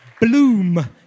Bloom